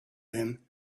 him